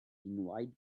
white